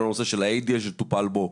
כל הנושא של ה-ADL שטופל בו,